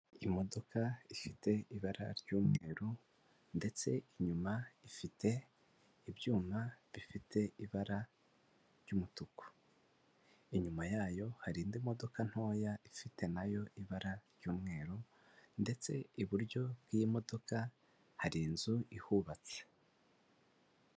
Imodoka ifite ibara ry'umweru ndetse inyuma ifite ibyuma bifite ibara ry'umutuku. Inyuma yayo hari indi modoka ntoya, ifite na yo ibara ry'umweru. Ndetse iburyo bw'iyi modoka hari inzu ihubatse.